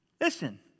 Listen